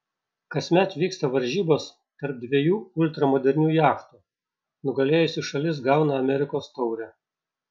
kasmet vyksta varžybos tarp dviejų ultramodernių jachtų nugalėjusi šalis gauna amerikos taurę